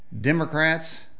Democrats